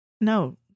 No